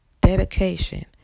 dedication